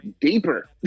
deeper